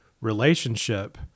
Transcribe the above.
relationship